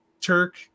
Turk